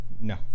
No